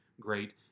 great